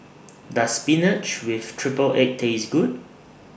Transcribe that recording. Does Spinach with Triple Egg Taste Good